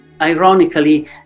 Ironically